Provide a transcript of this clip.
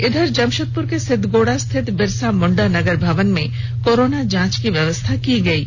इधर जमशेदपुर के सिदगोड़ा स्थित बिरसा मुंडा नगर भवन में कोरोना जांच की व्यवस्था की गयी है